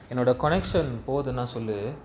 என்னோட:ennoda connection போதுனா சொல்லு:pothunaa sollu